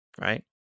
Right